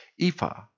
ephah